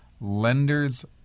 Lenders